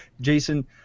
Jason